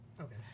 Okay